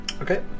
Okay